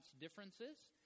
differences